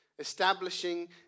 Establishing